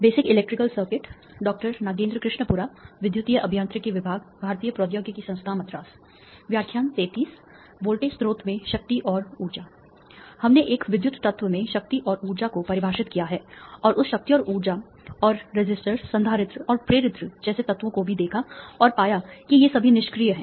power and energy in a voltage source हमने एक विद्युत तत्व में शक्ति और ऊर्जा को परिभाषित किया है और उस शक्ति और ऊर्जा और रेसिस्टर संधारित्र और प्रेरित्र जैसे तत्वों को भी देखा और पाया कि ये सभी निष्क्रिय हैं